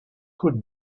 could